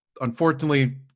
unfortunately